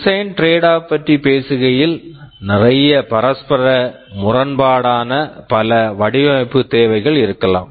design tradeoff design tradeoff பற்றி பேசுகையில் நிறைய பரஸ்பர முரண்பாடான பல வடிவமைப்பு தேவைகள் இருக்கலாம்